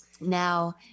Now